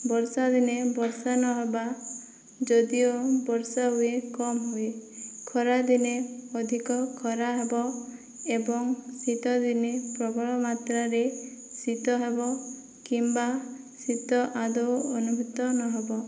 ବର୍ଷାଦିନେ ବର୍ଷା ନହେବା ଯଦିଓ ବର୍ଷାହୁଏ କମ୍ ହୁଏ ଖରାଦିନେ ଅଧିକ ଖରାହେବ ଏବଂ ଶୀତଦିନେ ପ୍ରବଳ ମାତ୍ରାରେ ଶୀତହେବ କିମ୍ବା ଶୀତ ଆଦୌ ଅନୁଭୂତ ନହେବ